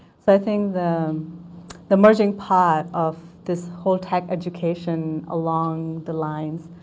so i think the the emerging part of this whole tech education along the lines,